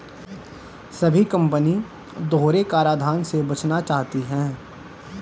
सभी कंपनी दोहरे कराधान से बचना चाहती है